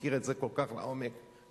מכיר את זה כל כך לעומק כמוני.